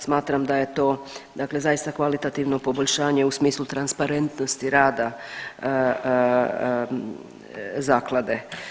Smatram da je to dakle zaista kvalitativno poboljšanje u smislu transparentnosti rada zaklade.